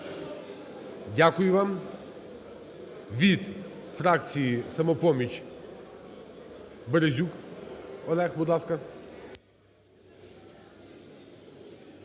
Дякую вам. Від фракції "Самопоміч" Березюк Олег, будь ласка.